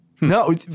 No